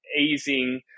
easing